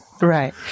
Right